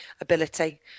ability